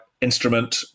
instrument